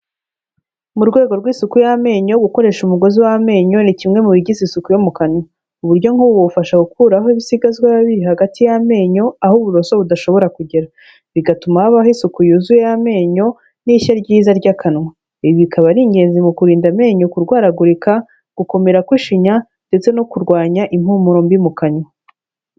Mu rwego rw'isuku y'amenyo, gukoresha umugozi w'amenyo ni kimwe mu bigize isuku yo mu kanwa. Uburyo nk'ubu bufasha gukuraho ibisigazwa biba biri hagati y'amenyo, aho uburoso budashobora kugera, bigatuma habaho isuku yuzuye y'amenyo n'ishya ryiza ry'akanwa. Ibi bikaba ari ingenzi mu kurinda amenyo kurwaragurika gukomera ku ishinya ndetse no kurwanya impumuro mbi mu kanwa.